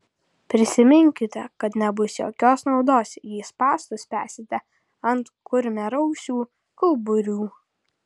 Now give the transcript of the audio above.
prisiminkite kad nebus jokios naudos jei spąstus spęsite ant kurmiarausių kauburių